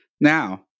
Now